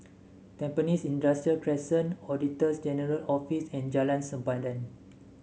Tampines Industrial Crescent Auditor General's Office and Jalan Sempadan